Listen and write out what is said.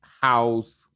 house